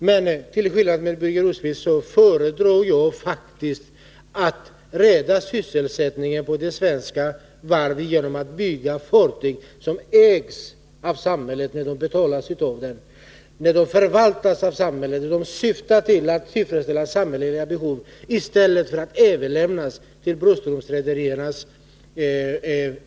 Men till skillnad från Birger Rosqvist föredrar jag faktiskt att rädda sysselsättningen på de svenska varven genom att bygga fartyg, som ägs av samhället, när de betalas av samhället, förvaltas av samhället och syftar till att tillfredsställa samhälleliga behov, i stället för att överlämnas till Broströms Rederi AB.